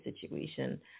situation